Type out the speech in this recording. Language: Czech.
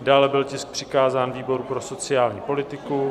Dále byl tisk přikázán výboru pro sociální politiku.